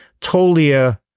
Tolia